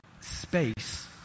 space